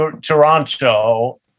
Toronto